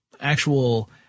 actual